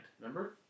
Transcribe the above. Remember